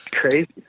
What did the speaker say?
crazy